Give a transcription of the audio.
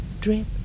drip